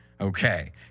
Okay